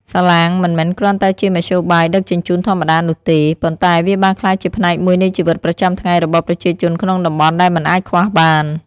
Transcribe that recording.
សាឡាងមិនមែនគ្រាន់តែជាមធ្យោបាយដឹកជញ្ជូនធម្មតានោះទេ ប៉ុន្តែវាបានក្លាយជាផ្នែកមួយនៃជីវិតប្រចាំថ្ងៃរបស់ប្រជាជនក្នុងតំបន់ដែលមិនអាចខ្វះបាន។